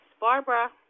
Barbara